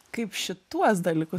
kaip šituos dalykus